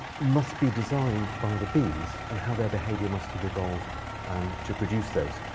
must be designed by the bees and how their behavior must have evolved um to produce those.